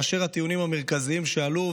כאשר הטיעונים המרכזיים שעלו,